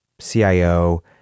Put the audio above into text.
CIO